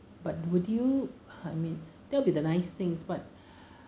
but would you ha I mean that'll be the nice things but